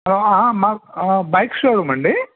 మ బైక్ షోరూమా అండి